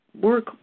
work